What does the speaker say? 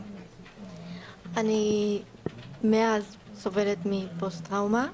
אני מאז סובלת מפוסט טראומה.